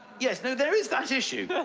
yes, no, there is that issue. but